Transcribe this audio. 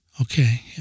Okay